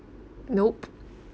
nope